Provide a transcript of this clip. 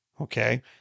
Okay